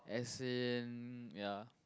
as in ya